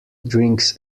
drinks